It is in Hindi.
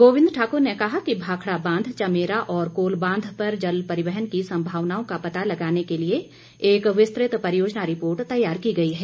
गोविंद ठाकर ने कहा कि भाखड़ा बांध चमेरा और कोल बांध पर जल परिवहन की संभावनाओं का पता लगाने के लिए एक विस्तृत परियोजना रिपोर्ट तैयार की गई है